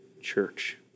church